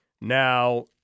Now